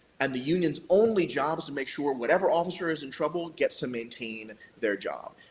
and the union's only job is to make sure whatever officer is in trouble, gets to maintain their job.